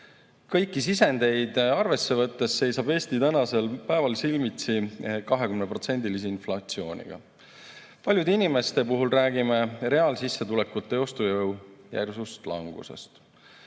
Kõiki sisendeid arvesse võttes seisab Eesti tänasel päeval silmitsi 20%-lise inflatsiooniga. Paljude inimeste puhul räägime reaalsissetuleku ja ostujõu järsust langusest.